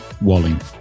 Walling